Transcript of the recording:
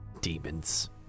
Demons